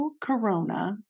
Corona